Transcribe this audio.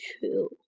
two